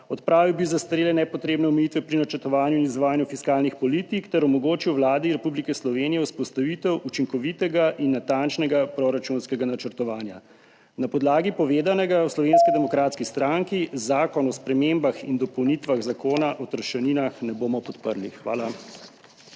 odpravil bi zastarele nepotrebne omejitve pri načrtovanju in izvajanju fiskalnih politik ter omogočil Vladi Republike Slovenije vzpostavitev učinkovitega in natančnega proračunskega načrtovanja. Na podlagi povedanega v Slovenski demokratski stranki zakona o spremembah in dopolnitvah Zakona o trošarinah ne bomo podprli. Hvala.